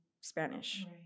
Spanish